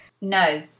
No